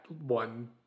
one